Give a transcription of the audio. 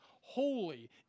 holy